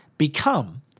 become